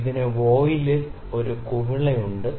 ഇതിന് വോയിലിൽ ഒരു കുമിളയുണ്ട്